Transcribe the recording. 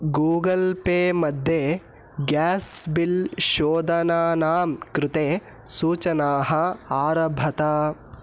Google Pay मध्ये gas bill शोधनानां कृते सूचनाः आरभत